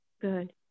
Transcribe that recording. Good